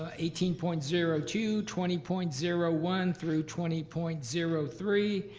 ah eighteen point zero two, twenty point zero one through twenty point zero three,